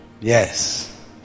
Yes